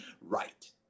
Right